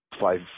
five